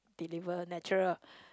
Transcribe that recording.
deliver natural